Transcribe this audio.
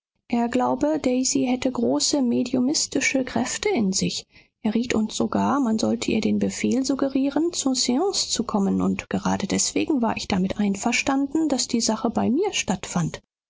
er glaube daisy hätte große mediumistische kräfte in sich er riet uns sogar man sollte ihr den befehl suggerieren zur seance zu kommen und gerade deswegen war ich damit einverstanden daß die sache bei mir stattfand